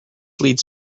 leads